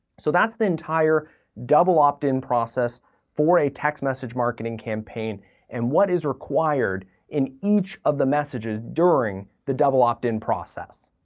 so, that's the entire double opt-in process for a text message marketing campaign and what is required in each of the messages during the double opt-in process.